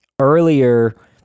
earlier